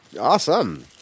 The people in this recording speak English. Awesome